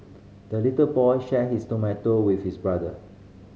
the little boy shared his tomato with his brother